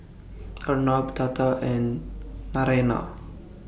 Arnab Tata and Naraina